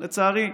לצערי,